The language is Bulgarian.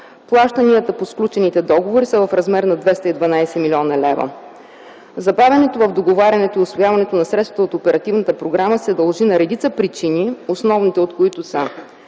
Плащанията по сключените договори са в размер на 212 млн. лв. Забавянето в договарянето, и усвояването на средствата от оперативната програма се дължи на редица причини, основните от които са: